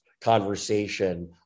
conversation